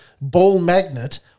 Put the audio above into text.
ball-magnet